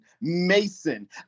Mason